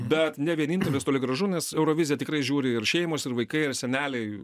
bet ne vienintelis toli gražu nes euroviziją tikrai žiūri ir šeimos ir vaikai ir seneliai